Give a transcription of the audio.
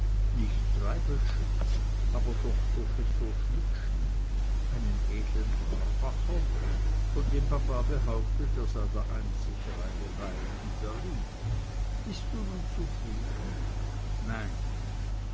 nicht treibelschen aber doch professor schmidtschen einen edlen trarbacher von dem papa behauptet er sei der einzige reine wein in berlin bist du nun zufrieden nein